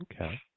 Okay